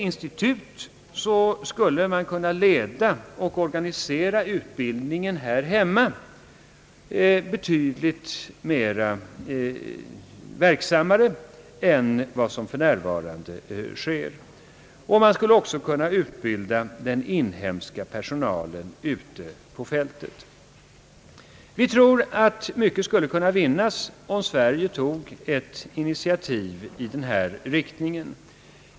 Institutet skulle kunna leda och organisera utbildningen både här hemma och bland den inhemska personalen ute på fältet betydligt verksammare än vad som nu är fallet. Vi tror att mycket skulle kunna vinnas om Sverige tog ett initiativ i denna riktning.